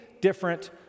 different